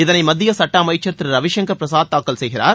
இதனை மத்திய சட்ட அமைச்சர் திரு ரவிசங்கர் பிரசாத் தாக்கல் செய்கிறார்